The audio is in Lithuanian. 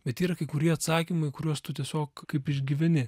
bet yra kai kurie atsakymai kuriuos tu tiesiog kaip išgyveni